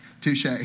Touche